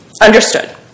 Understood